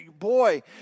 Boy